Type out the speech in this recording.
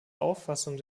auffassung